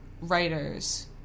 writers